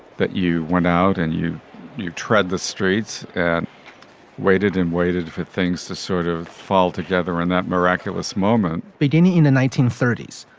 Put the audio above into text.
that you went out and you knew tread the streets, and waited and waited for things to sort of fall together and that miraculous moment beginning in the nineteen thirty s,